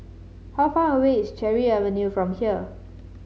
how far away is Cherry Avenue from here